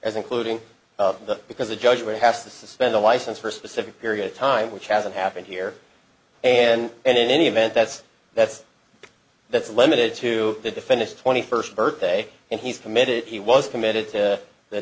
as including that because a judge would have to suspend a license for a specific period of time which hasn't happened here and in any event that's that's that's limited to the defendant's twenty first birthday and he's committed he was committed to the